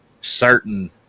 Certain